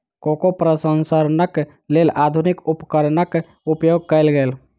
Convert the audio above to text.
cocoa प्रसंस्करणक लेल आधुनिक उपकरणक उपयोग कयल गेल